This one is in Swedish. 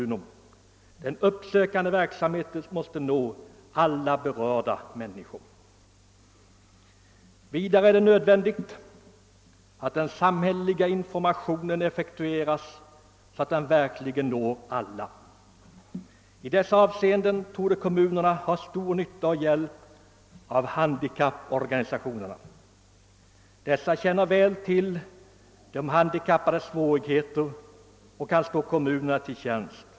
Den uppsökande verksamheten måste nå alla berörda människor. Vidare är det nödvändigt att den samhälleliga informationen effektiveras, så att den verkligen når alla. I dessa avseenden torde kommunerna ha stor nytta och hjälp av handikapporganisationerna. Dessa känner väl till de handikappades svårigheter och kan stå kommunerna till tjänst.